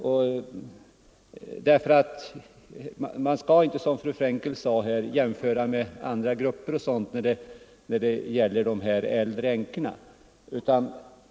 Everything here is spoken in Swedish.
Man bör nämligen inte, som fru Frenkel sade, jämföra med andra grupper när det gäller de äldre änkorna.